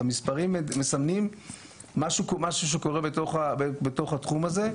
המספרים מסמנים משהו שקורה בתוך התחום הזה.